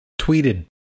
tweeted